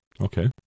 Okay